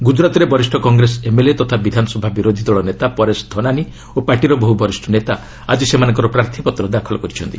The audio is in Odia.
ଗ୍ରଜରାତରେ ବରିଷ୍ଠ କଂଗ୍ରେସ ଏମ୍ଏଲ୍ଏ ତଥା ବିଧାନସଭା ବିରୋଧୀ ଦଳ ନେତା ପରେଶ ଧନାନୀ ଓ ପାର୍ଟିର ବହୁ ବରିଷ୍ଣ ନେତା ଆଜି ସେମାନଙ୍କର ପ୍ରାର୍ଥୀପତ୍ର ଦାଖଲ କରିଛନ୍ତି